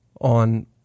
on